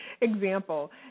example